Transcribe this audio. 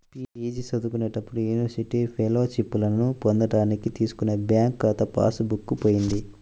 PG చదువుకునేటప్పుడు university ఫెలోషిప్పులను పొందడానికి తీసుకున్న బ్యాంకు ఖాతా పాస్ బుక్ పోయింది